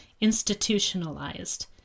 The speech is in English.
institutionalized